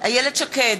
איילת שקד,